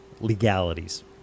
legalities